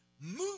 move